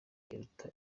iruta